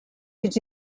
fins